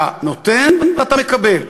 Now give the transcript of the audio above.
אתה נותן ואתה מקבל.